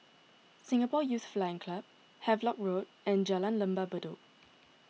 Singapore Youth Flying Club Havelock Road and Jalan Lembah Bedok